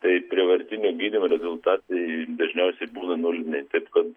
tai prievartinio gydymo rezultatai dažniausiai būna nuliniai taip kad